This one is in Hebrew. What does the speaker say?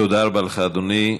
תודה רבה לך, אדוני.